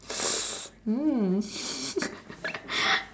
mm